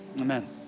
Amen